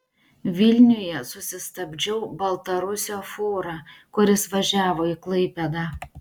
vilniuje susistabdžiau baltarusio fūrą kuris važiavo į klaipėdą